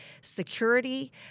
security